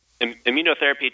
immunotherapy